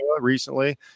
recently